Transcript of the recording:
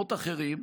ובמקומות אחרים,